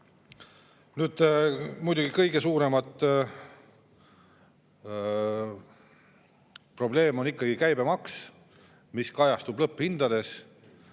Muidugi kõige suurem probleem on ikkagi käibemaks, mis kajastub lõpphindades,